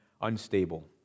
unstable